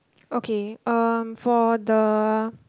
okay um for the